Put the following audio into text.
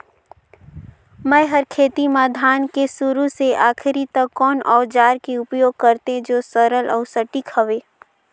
मै हर खेती म धान के शुरू से आखिरी तक कोन औजार के उपयोग करते जो सरल अउ सटीक हवे?